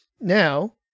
Now